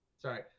Sorry